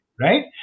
right